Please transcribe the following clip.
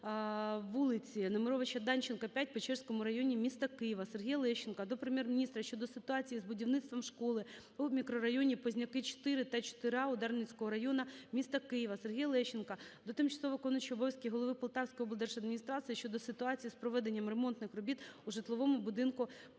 вулиці Немировича-Данченка, 5 в Печерському районі міста Києва. Сергія Лещенка до Прем'єр-міністра щодо ситуації із будівництвом школи у мікрорайоні Позняки, 4 та 4-А у Дарницькому районі міста Києва. Сергія Лещенка до тимчасово виконуючого обов'язки голови Полтавської облдержадміністрації щодо ситуації з проведенням ремонтних робіт у житловому будинку по вулиці